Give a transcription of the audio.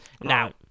Now